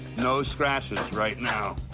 no scratches right now.